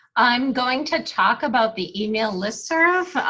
i'm going to talk about the email listserv.